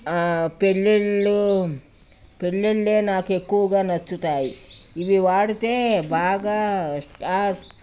పెళ్లిళ్ళు పెళ్ళిళ్ళే నాకు ఎక్కువగా నచ్చుతాయి ఇవి వాడితే బాగా